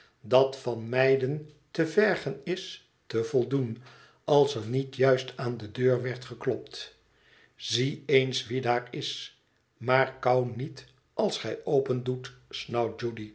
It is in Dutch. dat van meiden te vergen is te voldoen als er niet juist aan de deur werd geklopt zie eens wie daar is maar kauw niet als gij opendoet